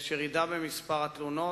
יש ירידה במספר התלונות.